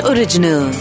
Original